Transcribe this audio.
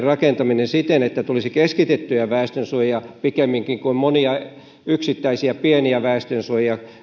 rakentaminen siten että tulisi keskitettyjä väestönsuojia pikemminkin kuin monia yksittäisiä pieniä väestönsuojia